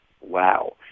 Wow